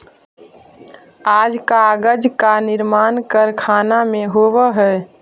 आज कागज के निर्माण कारखाना में होवऽ हई